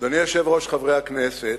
אדוני היושב-ראש, חברי הכנסת,